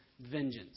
vengeance